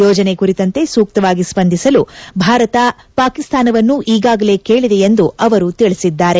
ಯೋಜನೆ ಕುರಿತಂತೆ ಸೂಕ್ತವಾಗಿ ಸಂಧಿಸಲು ಭಾರತ ಪಾಕಿಸ್ತಾನವನ್ನು ಈಗಾಗಲೇ ಕೇಳಿದೆ ಎಂದು ಅವರು ತಿಳಿಸಿದ್ದಾರೆ